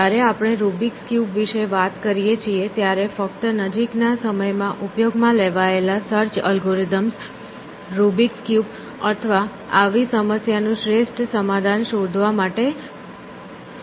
જ્યારે આપણે Rubik's cube વિશે વાત કરીએ છીએ ત્યારે ફક્ત નજીકના સમયમાં ઉપયોગમાં લેવાયેલા સર્ચ એલ્ગોરિધમ્સ રૂબિક્સ ક્યુબ અથવા આવી સમસ્યા નું શ્રેષ્ઠ સમાધાન શોધવા માટે સક્ષમ છે